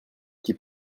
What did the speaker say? qui